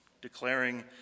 declaring